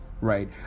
right